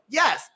yes